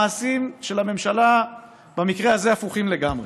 המעשים של הממשלה במקרה הזה הפוכים לגמרי.